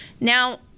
now